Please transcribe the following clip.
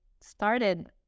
started